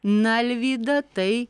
na alvyda tai